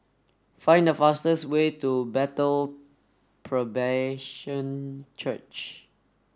find the fastest way to Bethel Presbyterian Church